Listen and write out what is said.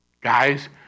Guys